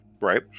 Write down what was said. right